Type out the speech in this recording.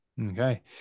okay